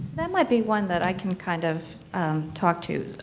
that might be one that i can kind of talk to.